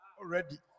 Already